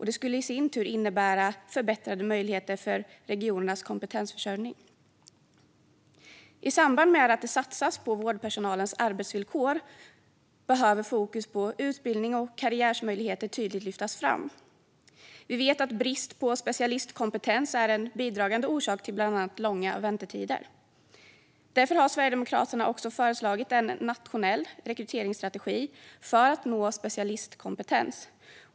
Det skulle i sin tur innebära förbättrade möjligheter för regionernas kompetensförsörjning. I samband med att det satsas på vårdpersonalens arbetsvillkor behöver utbildning och karriärmöjligheter tydligt lyftas fram. Vi vet att brist på specialistkompetens är en bidragande orsak till bland annat långa väntetider. Därför har Sverigedemokraterna föreslagit en nationell rekryteringsstrategi för att nå specialistkompetens.